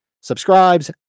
subscribes